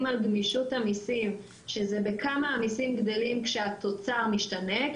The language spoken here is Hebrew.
על גמישות המיסים שזה בכמה המיסים גדלים כשהתוצר משתנה,